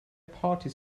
party